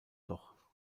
doch